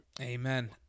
Amen